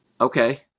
Okay